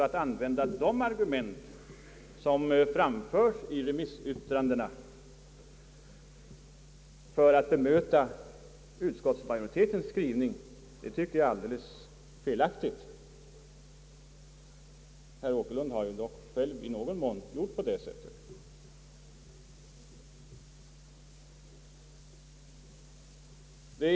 Att använda de argument, som anförs i remissyttrandena, för att bemöta utskottsmajoritetens skrivning är alltså helt felaktigt. Herr Åkerlund gjorde dock själv i någon mån på det sättet.